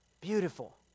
beautiful